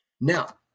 Now